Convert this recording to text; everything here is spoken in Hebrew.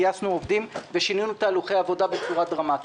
גייסנו עובדים ושינינו תהליכי עבודה בצורה דרמטית.